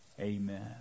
Amen